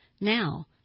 now